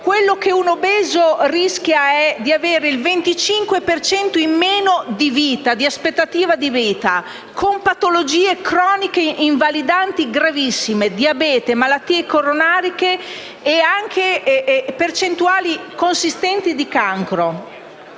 l'obesità. Un obeso rischia di avere il 25 per cento in meno di aspettativa di vita, con patologie croniche invalidanti gravissime, diabete, malattie coronariche e percentuali consistenti di cancro.